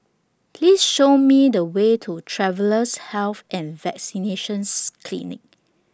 Please Show Me The Way to Travellers' Health and Vaccinations Clinic